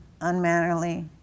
unmannerly